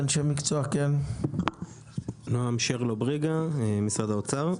אני מאגף התקציבים במשרד האוצר.